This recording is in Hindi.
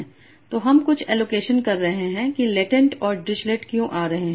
तो हम कुछ एलोकेशन कर रहे हैं कि लेटेंट और डिरिच्लेट क्यों आ रहे हैं